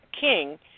king